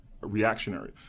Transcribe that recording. reactionary